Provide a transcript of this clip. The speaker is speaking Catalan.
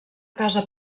casa